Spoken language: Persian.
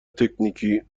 تکنیکی